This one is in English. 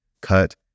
cut